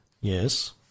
Yes